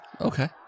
Okay